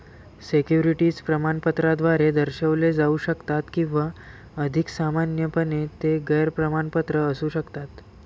securities प्रमाणपत्राद्वारे दर्शविले जाऊ शकतात किंवा अधिक सामान्यपणे, ते गैर प्रमाणपत्र असू शकतात